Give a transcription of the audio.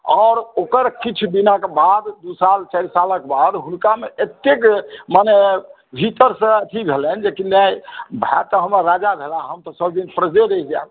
आओर ओकर किछु दिनक बाद दुई चारि सालक बाद हुनकामे एतेक माने भीतर सॅं अथी भेलनि जे भाय तऽ हमर राजा भेलाह हम तऽ सब दिन प्रजे रहि जायब